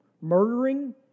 murdering